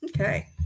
Okay